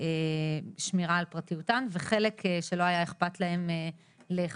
למען שמירה על פרטיותן ויש גם חלק שלא היה איכפת להן להיחשף.